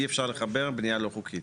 אי אפשר לחבר בנייה לא חוקית.